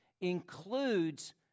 includes